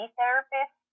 therapist